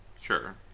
Sure